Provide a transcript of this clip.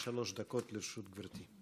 עד שלוש דקות לרשות גברתי.